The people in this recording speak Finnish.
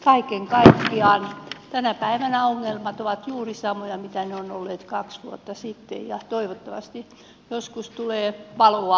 kaiken kaikkiaan tänä päivänä ongelmat ovat juuri samoja mitä ne ovat olleet kaksi vuotta sitten ja toivottavasti joskus tulee valoa tunnelin päästä